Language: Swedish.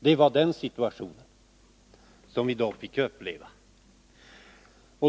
Det var den situation som vi då fick uppleva.